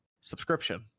subscription